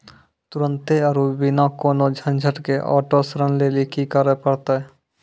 तुरन्ते आरु बिना कोनो झंझट के आटो ऋण लेली कि करै पड़तै?